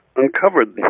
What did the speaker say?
uncovered